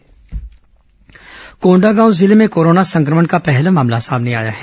corona मरीज कोंडागांव जिले में कोरोना संक्रमण का पहला मामला सामने आया है